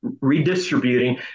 redistributing